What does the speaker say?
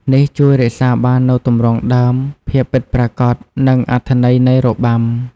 នេះជួយរក្សាបាននូវទម្រង់ដើម ភាពពិតប្រាកដ និងអត្ថន័យនៃរបាំ។